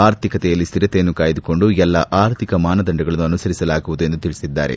ಆರ್ಥಿಕತೆಯಲ್ಲಿ ಸ್ಹಿರತೆಯನ್ನು ಕಾಯ್ದುಕೊಂಡು ಎಲ್ಲಾ ಅರ್ಥಿಕ ಮಾನದಂಡಗಳನ್ನು ಅನುಸರಿಸಲಾಗುವುದು ಎಂದು ತಿಳಿಸಿದ್ದಾರೆ